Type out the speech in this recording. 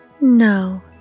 No